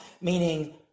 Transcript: meaning